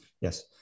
Yes